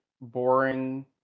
boring